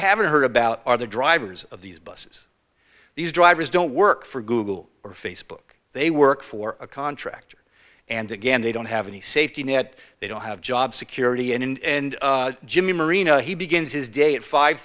haven't heard about are the drivers of these busses these drivers don't work for google or facebook they work for a contractor and again they don't have any safety net they don't have job security and jimmy marina he begins his day at five